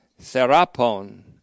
Therapon